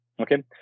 okay